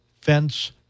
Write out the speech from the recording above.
fence